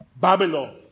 Babylon